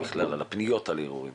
בפניות לערעורים?